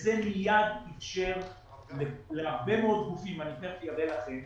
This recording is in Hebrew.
וזה מיד אפשר להרבה מאוד גופים אני תכף אראה לכם